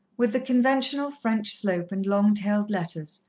with the conventional french slope and long-tailed letters,